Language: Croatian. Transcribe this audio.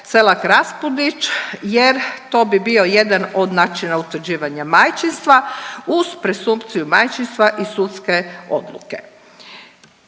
Selak-Raspudić, jer to bi bio jedan od načina utvrđivanja majčinstva uz presumpciju majčinstva i sudske odluke.